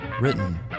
Written